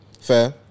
Fair